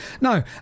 No